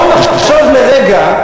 בואו נחשוב לרגע,